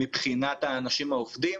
מבחינת האנשים העובדים,